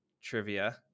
trivia